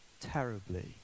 terribly